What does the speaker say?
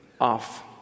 off